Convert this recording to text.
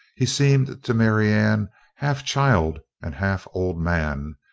he seemed to marianne half child and half old man,